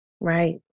Right